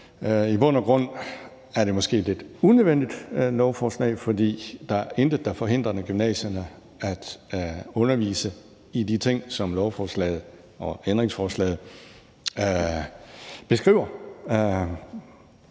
I bund og grund er det måske et lidt unødvendigt lovforslag, for der er intet, der forhindrer gymnasierne i at undervise i de ting, som lovforslaget og ændringsforslaget beskriver.